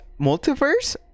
multiverse